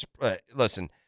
listen